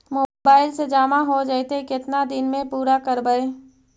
Mobile से जामा हो जैतय, केतना दिन में पुरा करबैय?